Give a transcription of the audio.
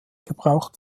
gebraucht